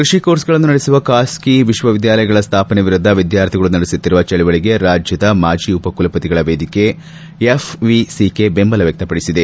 ಕೃಷಿ ಕೋರ್ಸ್ಗಳನ್ನು ನಡೆಸುವ ಖಾಸಗಿ ವಿಶ್ವವಿದ್ಯಾಲಯಗಳ ಸ್ಥಾಪನೆ ವಿರುದ್ಧ ವಿದ್ಯಾರ್ಥಿಗಳು ನಡೆಸುತ್ತಿರುವ ಚಳವಳಿಗೆ ರಾಜ್ಯದ ಮಾಜಿ ಉಪಕುಲಪತಿಗಳ ವೇದಿಕೆ ಎಫ್ಎಸಿಕೆ ಬೆಂಬಲ ವ್ಯಕ್ತಪಡಿಸಿದೆ